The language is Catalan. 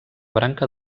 branca